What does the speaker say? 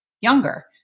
younger